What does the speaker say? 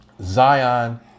Zion